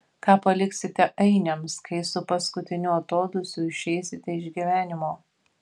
ką paliksite ainiams kai su paskutiniu atodūsiu išeisite iš gyvenimo